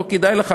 לא כדאי לך,